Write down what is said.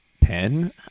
Pen